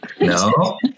No